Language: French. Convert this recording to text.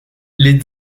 les